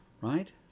Right